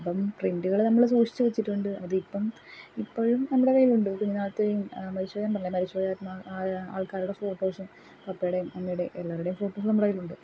അപ്പം പ്രിന്റുകൾ നമ്മൾ സൂക്ഷിച്ച് വച്ചിട്ടുണ്ട് അതിപ്പം ഇപ്പോഴും നമ്മുടെ കയ്യിലുണ്ട് കുഞ്ഞുനാളത്തെയും മരിച്ചു പോയതുണ്ടല്ലോ മരിച്ചു പോയ ആൾക്കാരുടെ ഫോട്ടോസും പപ്പയുടേയും മമ്മിയുടേയും എല്ലാവരുടേയും ഫോട്ടോസ് നമ്മുടെ കയ്യിലുണ്ട്